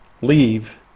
leave